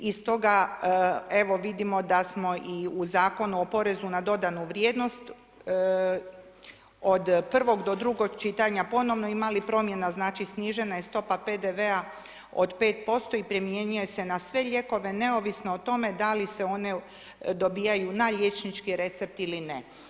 I stoga, evo vidimo da smo i u Zakonu o porezu na dodanu vrijednost od prvog do drugog čitanja ponovno imali promjena, znači snižena je stopa PDV-a od 5% i primjenjuje se na sve lijekove neovisno o tome da li se one dobivaju na liječnički recept ili ne.